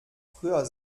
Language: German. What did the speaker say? früher